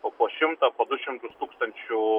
o po šimtą po du šimtus tūkstančių